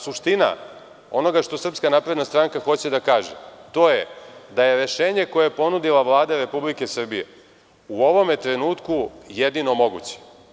Suština onoga što SNS hoće da kaže je da je rešenje koje je ponudila Vlada Republike Srbije u ovom trenutku jedino moguće.